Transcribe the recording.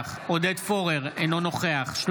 אינו נוכח עודד פורר,